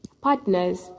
partners